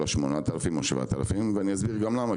7,000-8,000 העובדים הקיימים ואני אסביר גם למה,